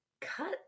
cut